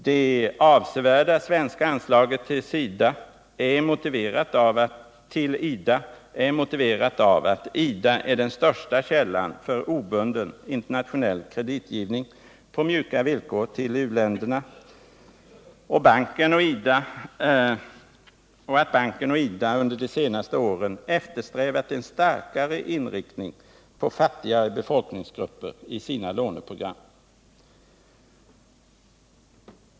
Det avsevärda svenska anslaget till IDA är motiverat av att IDA är den största källan för obunden internationell kreditgivning på mjuka villkor till uländerna och att banken och IDA under de senaste åren i sina låneprogram eftersträvat en starkare inriktning på fattigare befolkningsgrupper.